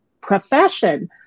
profession